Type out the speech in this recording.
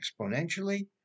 exponentially